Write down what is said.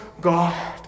God